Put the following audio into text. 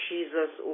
Jesus